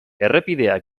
errepideak